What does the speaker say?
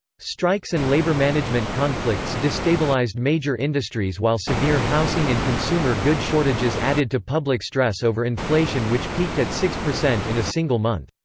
strikes and labor-management conflicts destabilized major industries while severe housing and consumer good shortages added to public stress over inflation which peaked at six percent in a single month.